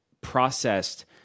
processed